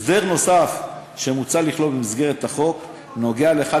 הסדר נוסף שמוצע לכלול במסגרת החוק נוגע לאחת